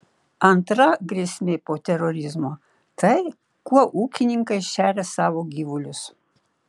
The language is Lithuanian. antra grėsmė po terorizmo tai kuo ūkininkai šeria savo gyvulius